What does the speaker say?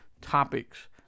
topics